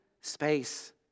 space